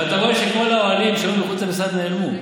ואתה רואה שכל האוהלים שהיו מחוץ למשרד נעלמו.